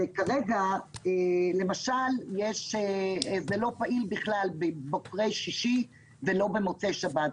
כרגע זה לא פעיל בכלל בבוקרי שישי ולא במוצאי שבת.